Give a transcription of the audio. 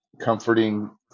comforting